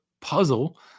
puzzle